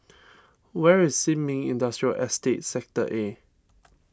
where is Sin Ming Industrial Estate Sector A